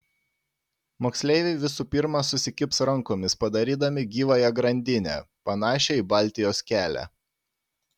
moksleiviai visų pirma susikibs rankomis padarydami gyvąją grandinę panašią į baltijos kelią